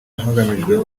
hagamijwe